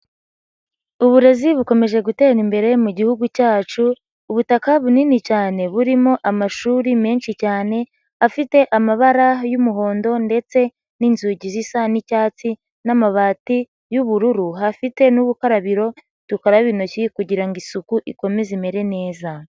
Uburezi bukomeje gutera imbere mu gihugu cyacu, ubutaka bunini cyane burimo amashuri menshi cyane, afite amabara y'umuhondo ndetse n'inzugi zisa n'icyatsi n'amabati y'ubururu, hafite n'ubukarabiro, dukarabe intoki kugira ngo isuku ikomeze imere neza.